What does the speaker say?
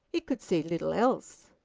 it could see little else.